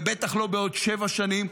ובטח לא בעוד שבע שנים,